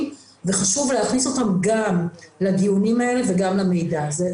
וחשוב להכניס אותם גם לדיונים האלה וגם למידע הזה.